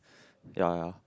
ya ya